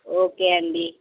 okay అండి